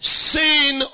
sin